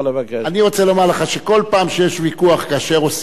אני רוצה לומר לך שכל פעם שיש ויכוח כאשר מוסדות